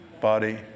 body